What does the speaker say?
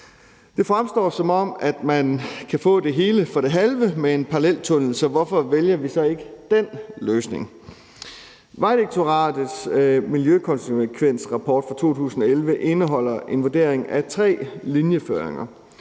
Det fremstår, som om man kan få det hele for det halve med en paralleltunnel, så hvorfor vælger vi så ikke den løsning? Vejdirektoratets miljøkonsekvensrapport fra 2011 indeholder en vurdering af tre linjeføringer: